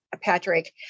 Patrick